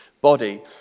body